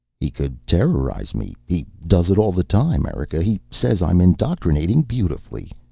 he could terrorize me. he does it all the time. erika, he says i'm indoctrinating beautifully.